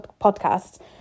podcasts